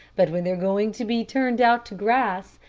but when they're going to be turned out to grass,